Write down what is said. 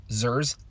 zers